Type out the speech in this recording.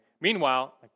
Meanwhile